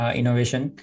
innovation